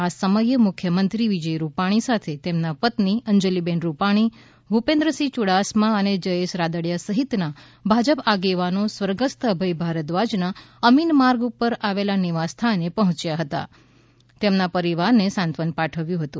આ સમયે મુખ્યમંત્રી વિજય રૂપાણી સાથે તેમના પત્ની અંજલિબેન રૂપાણી ભૂપેન્દ્રસિંહ યુડાસમા અને જયેશ રાદડિયા સહિતના ભાજપ આગેવાનો સ્વર્ગસ્થ અભય ભારદ્વાજના અમિન માર્ગ ઉપર આવેલા નિવાસ સ્થાને પહોંચ્યા હતા અને તેમના પરિવારને સાંત્વન પાઠવ્યું હતું